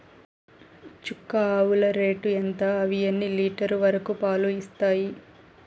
చుక్క ఆవుల రేటు ఎంత? అవి ఎన్ని లీటర్లు వరకు పాలు ఇస్తాయి?